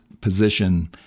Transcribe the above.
position